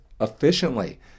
efficiently